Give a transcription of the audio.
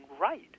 right